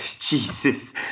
Jesus